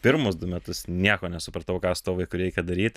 pirmus du metus nieko nesupratau ką su tuo vaiku reikia daryt